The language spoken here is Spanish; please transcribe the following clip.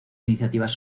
iniciativas